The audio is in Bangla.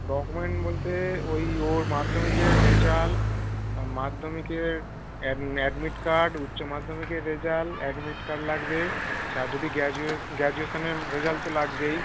ডকুমেন্ট বলতে ওই ওর মাধ্যমিকের রেজাল্ট আর মাধ্যমিকের অ্যাড অ্যাডমিট কার্ড উচ্চমাধ্যমিকের রেজাল্ট অ্যাডমিড কার্ড লাগবে আচ্ছা যদি গ্র্যাজুয়ে গ্রাজুয়েশানের রেজাল্ট তো লাগবেই